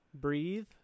breathe